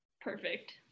Perfect